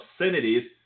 obscenities